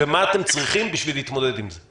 מה אתם צריכים בשביל להתמודד עם זה?